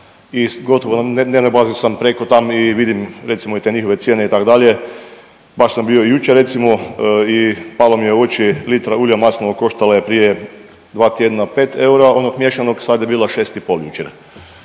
i gotovo na dnevnoj bazi sam preko tam i vidim recimo i te njihove cijene itd. Baš sam bio jučer recimo i pala mi je u oči litra ulja maslinovog koštala je prije 2 tjedna 5 eura, onog miješanog sad je bila 6 i pol jučer.